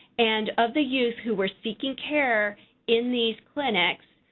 and of the youth who were seeking care in these clinics,